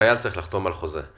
החייל צריך לחתום על החוזה.